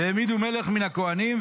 והעמידו מלך מן הכהנים,